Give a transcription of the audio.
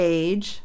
age